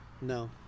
No